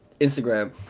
Instagram